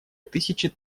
тысячи